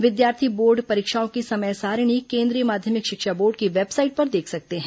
विद्यार्थी बोर्ड परीक्षाओं की समय सारिणी केन्द्रीय माध्यमिक शिक्षा बोर्ड की वेबसाईट पर देख सकते हैं